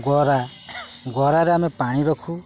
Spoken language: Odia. ଗରା ଗରାରେ ଆମେ ପାଣି ରଖୁ